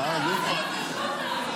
חברי הכנסת,